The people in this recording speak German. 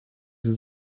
sie